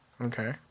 Okay